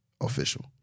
official